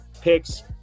picks